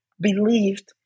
believed